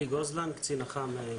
אלי גוזלן, קצין אח"מ.